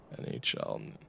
NHL